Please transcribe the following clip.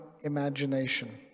imagination